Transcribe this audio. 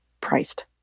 priced